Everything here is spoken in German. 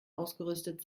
ausgerüstet